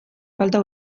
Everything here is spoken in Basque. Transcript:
falta